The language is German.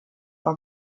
war